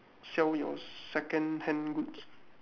sell your second-hand goods